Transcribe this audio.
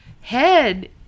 head